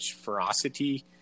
ferocity